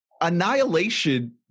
Annihilation